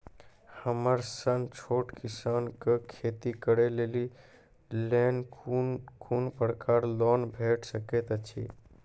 हमर सन छोट किसान कअ खेती करै लेली लेल कून कून प्रकारक लोन भेट सकैत अछि?